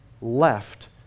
left